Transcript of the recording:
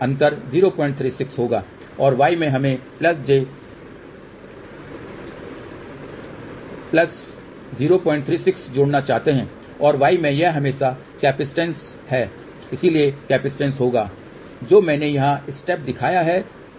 अंतर 036 होगा और y में हम 036 जोड़ना चाहते हैं और y में यह हमेशा कैपेसिटेंस है इसलिए कैपेसिटेंस होगा जो मैंने यहां स्टेप दिखाया है